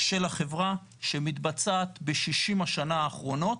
של החברה שמתבצעת ב-60 השנה האחרונות,